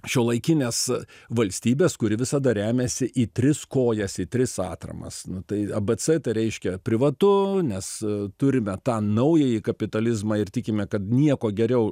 šiuolaikinės valstybės kuri visada remiasi į tris kojas į tris atramas nu tai a b c tai reiškia privatu nes turime tą naująjį kapitalizmą ir tikime kad nieko geriau